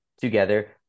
together